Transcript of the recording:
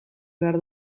behar